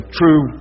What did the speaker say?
true